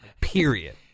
Period